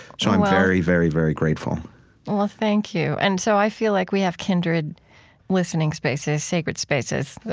so, i'm very, very, very grateful well, thank you. and so i feel like we have kindred listening spaces, sacred spaces,